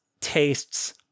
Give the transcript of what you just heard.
tastes